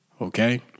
okay